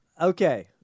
Okay